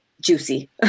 juicy